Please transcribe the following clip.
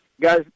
Guys